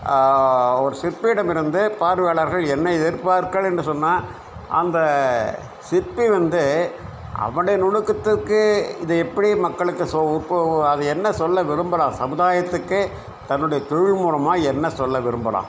ஒரு சிற்பியிடம் இருந்து பார்வையாளர்கள் என்ன எதிர்ப்பார்க்கள் என்று சொன்னால் அந்த சிற்பி வந்து அவனுடைய நுணுக்கத்திற்கு இதை எப்படி மக்களுக்கு அதை என்ன சொல்ல விரும்புறான் சமுதாயத்துக்கே தன்னுடைய தொழில் மூலமாக என்ன சொல்ல விரும்புறான்